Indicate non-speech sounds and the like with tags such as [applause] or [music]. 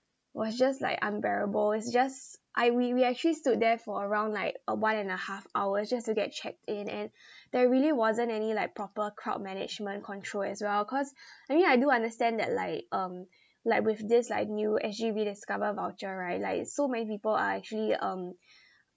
was just like unbearable it's just I we we actually stood there for around like uh one and a half hours just to get checked in and [breath] there really wasn't any like proper crowd management control as well cause [breath] I mean I do understand that like um like with this like new S_G rediscover voucher right like so many people are actually um